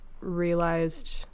realized